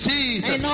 Jesus